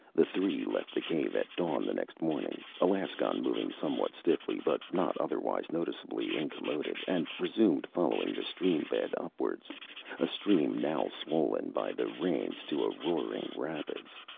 the three left the cave at dawn the next morning, alaskon moving somewhat stiffly but not otherwise noticeably incommoded, and resumed following the stream bed upwards a stream now swollen by the rains to a roaring rapids.